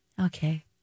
Okay